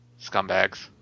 Scumbags